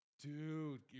Dude